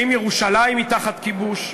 האם ירושלים היא תחת כיבוש?